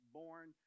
born